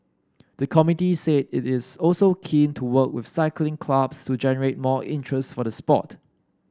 the committee said it is also keen to work with cycling clubs to generate more interest for the sport